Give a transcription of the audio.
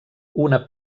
una